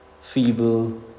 feeble